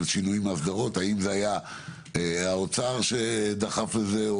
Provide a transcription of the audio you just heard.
שינויים או אסדרות האם זה היה האוצר שדחף את זה,